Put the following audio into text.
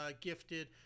gifted